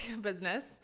business